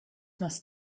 must